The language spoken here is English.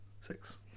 six